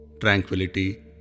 tranquility